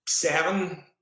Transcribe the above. Seven